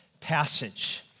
passage